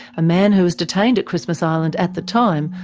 a man who was detained at christmas island at the time,